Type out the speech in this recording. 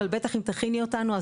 אבל בטח אם תכיני אותנו,